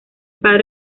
padre